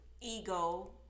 ego